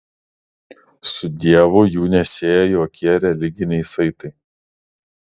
su dievu jų nesieja jokie religiniai saitai